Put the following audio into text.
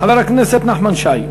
חבר הכנסת נחמן שי,